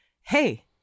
hey